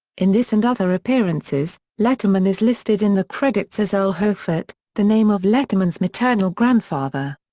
in this and other appearances, letterman is listed in the credits as earl hofert, the name of letterman's maternal grandfather.